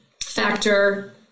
factor